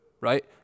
right